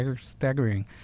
staggering